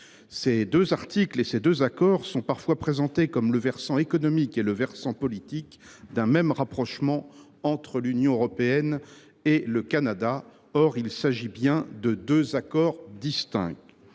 Ces deux articles – ces deux accords – sont parfois présentés comme les versants économique et politique d’un même rapprochement entre l’Union européenne et le Canada. Or il s’agit bien de deux accords distincts.